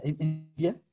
India